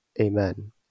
Amen